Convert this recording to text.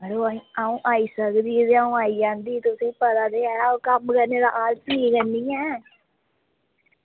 मड़ो अंऊ आई सकदी ही ते अंऊ आई जंदी तुसें ई पता ते ऐ अंऊ कम्म करने दा आलस निं करनी ऐं